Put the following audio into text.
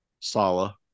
Sala